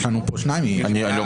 ארבעה בעד, שישה נגד, אין נמנעים.